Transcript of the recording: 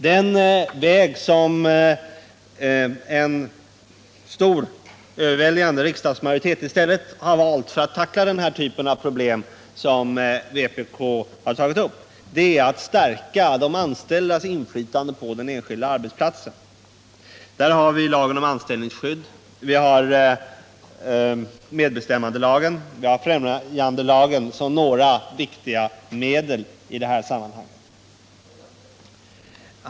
Den väg som en överväldigande riksdagsmajoritet i stället har valt för att tackla den typen av problem som vpk tagit upp är att stärka de anställdas inflytande på arbetsplatsen. Vi har lagen om anställningsskydd, medbestämmandelagen och främjandelagen som några viktiga medel i detta sammanhang.